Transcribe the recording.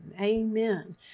amen